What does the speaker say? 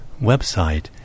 website